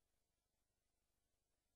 אני